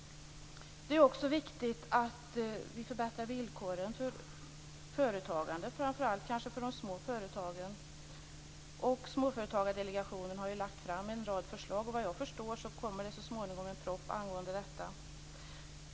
Det är också viktigt att vi förbättrar villkoren för företagande, kanske framför allt för de små företagen. Småföretagsdelegationen har ju lagt fram en rad förslag, och vad jag förstår kommer det så småningom en proposition angående detta.